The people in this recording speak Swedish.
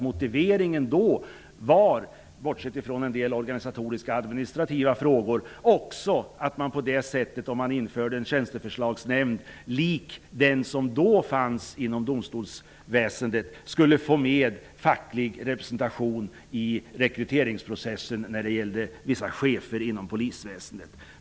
Motiveringen då var -- bortsett från en del organisatoriska administrativa frågor -- att man skulle få mer facklig representation i rekryteringsprocessen när det gällde vissa chefer inom polisväsendet, om man införde en tjänsteförslagsnämnd lik den som då fanns inom domstolsväsendet.